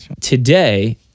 Today